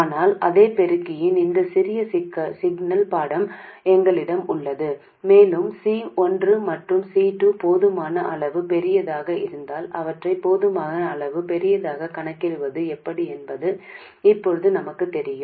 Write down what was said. ஆனால் அதே பெருக்கியின் இந்த சிறிய சிக்னல் படம் எங்களிடம் உள்ளது மேலும் C 1 மற்றும் C 2 போதுமான அளவு பெரியதாக இருந்தால் அவற்றைப் போதுமான அளவு பெரியதாகக் கணக்கிடுவது எப்படி என்பது இப்போது நமக்குத் தெரியும்